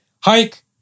hike